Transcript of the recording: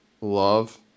love